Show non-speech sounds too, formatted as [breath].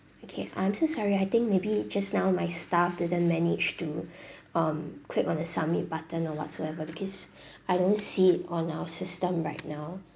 okay I'm so sorry I think maybe just now my staff didn't manage to [breath] um click on the submit button or whatsoever because [breath] I don't see it on our system right now